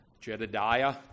Jedediah